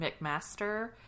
McMaster